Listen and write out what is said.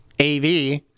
AV